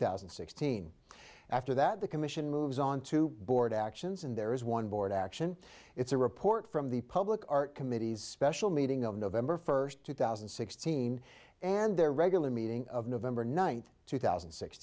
sixteen after that the commission moves on to board actions and there is one board action it's a report from the public art committees special meeting of november first two thousand and sixteen and their regular meeting of november ninth two thousand